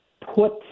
put